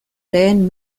lehen